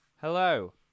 Hello